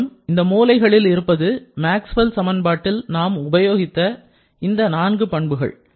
மேலும் மூலையில் இருப்பது மேக்ஸ்வெல் சமன்பாட்டில் நாம் உபயோகித்த இந்த நான்கு பண்புகள்